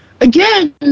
Again